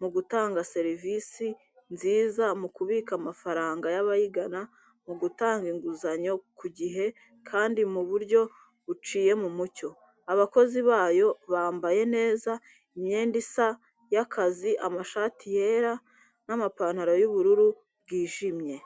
mu gutanga serivisi nziza mu kubika amafaranga y'abayigana, mu gutanga inguzanyo ku gihe kandi mu buryo buciye mu mucyo. Abakozi bayo bambaye neza imyenda isa y'akazi amashati yera n'amapantaro y'ubururu bwijimye.